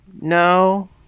no